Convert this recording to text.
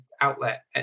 outlet